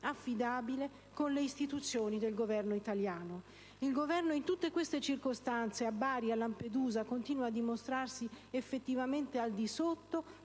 affidabile, con le istituzioni del Governo italiano. Il Governo in tutte queste circostanze, a Bari, a Lampedusa, continua a dimostrarsi effettivamente al di sotto